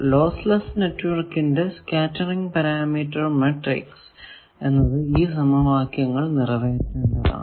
loss less നെറ്റ്വർക്കിന്റെ scattering parameter matrix എന്നത് ഈ സമവാക്യങ്ങൾ നിറവേറ്റേണ്ടതാണ്